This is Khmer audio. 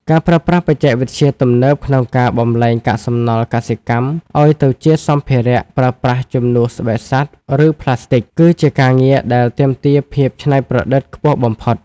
ការប្រើប្រាស់បច្ចេកវិទ្យាទំនើបក្នុងការបម្លែងកាកសំណល់កសិកម្មឱ្យទៅសម្ភារៈប្រើប្រាស់ជំនួសស្បែកសត្វ ឬប្លាស្ទិក គឺជាការងារដែលទាមទារភាពច្នៃប្រឌិតខ្ពស់បំផុត។